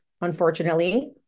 unfortunately